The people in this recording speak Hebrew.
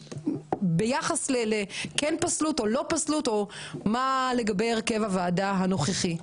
ביחס לזה שפסלו או לא פסלו את הרכב הוועדה הנוכחי.